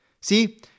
See